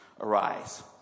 arise